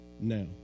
now